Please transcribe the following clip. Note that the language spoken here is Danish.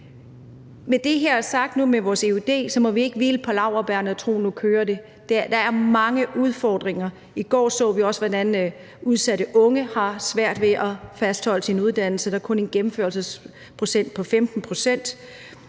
vi med hensyn til vores eud ikke hvile på laurbærrene og tro, at nu kører det. Der er mange udfordringer. I går så vi også, hvordan udsatte unge har svært ved at blive fastholdt på deres uddannelse. Der er kun en gennemførelsesprocent på 15, og